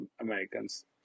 Americans